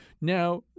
Now